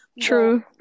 true